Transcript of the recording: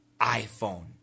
iPhone